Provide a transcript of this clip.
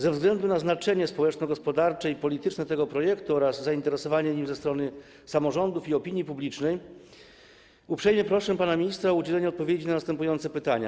Ze względu na znaczenie społeczno-gospodarcze i polityczne tego projektu oraz zainteresowanie nim ze strony samorządów i opinii publicznej uprzejmie proszę pana ministra o udzielenie odpowiedzi na następujące pytania.